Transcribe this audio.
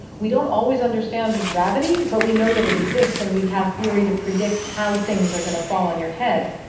we don't always understand gravity, but we know that it exists and we have theory to predict how things are going to fall on your head.